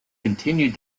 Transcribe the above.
continued